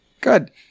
Good